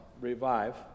Revive